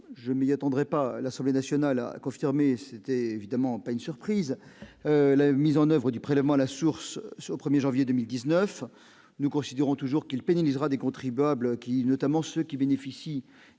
normal ! D'abord, l'Assemblée nationale a confirmé, sans surprise, la mise en oeuvre du prélèvement à la source au 1janvier 2019. Nous considérons toujours qu'il pénalisera des contribuables, notamment ceux qui bénéficient